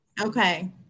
okay